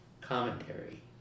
commentary